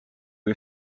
kui